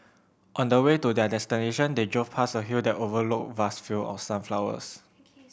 on the way to their destination they drove past a hill that overlooked vast field of sunflowers